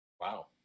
Wow